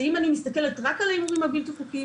אם אני מסתכלת רק על ההימורים הבלתי חוקיים,